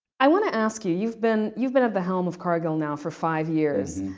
i want to ask you, you've been you've been at the helm of cargill now for five years.